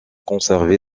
conservé